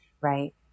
right